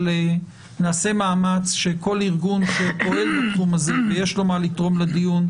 אבל נעשה מאמץ שכל ארגון שפועל בתחום הזה ויש לו מה לתרום לדיון,